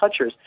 touchers